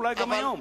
ואולי גם היום.